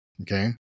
Okay